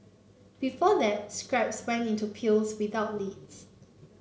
before that scraps went into without lids